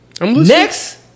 Next